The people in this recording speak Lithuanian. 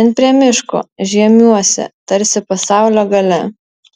ten prie miško žiemiuose tarsi pasaulio gale